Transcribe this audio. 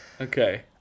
Okay